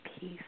peace